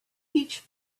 each